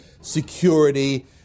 security